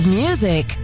music